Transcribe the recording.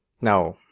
now